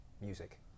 music